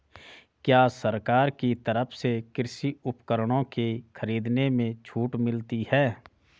क्या सरकार की तरफ से कृषि उपकरणों के खरीदने में छूट मिलती है?